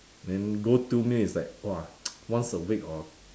then go to meal is like !wah! once a week or